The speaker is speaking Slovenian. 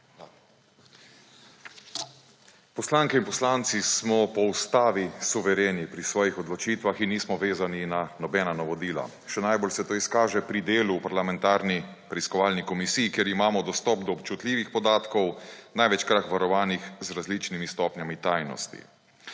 Poslanke in poslanci smo po Ustavi suvereni pri svojih odločitvah in nismo vezani na nobena navodila. Še najbolj se to izkaže pri delu v parlamentarni preiskovalni komisiji, kjer imamo dostop do občutljivih podatkov, največkrat varovanih z različnimi stopnjami tajnosti.